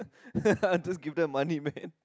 I'll just give them money man